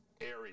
area